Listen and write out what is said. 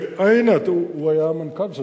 אה, הנה, הוא היה המנכ"ל שלי.